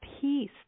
peace